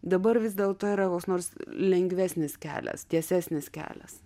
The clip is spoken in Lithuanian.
dabar vis dėl to yra koks nors lengvesnis kelias tiesesnis kelias